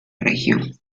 región